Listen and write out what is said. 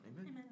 Amen